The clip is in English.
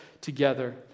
together